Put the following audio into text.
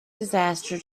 disaster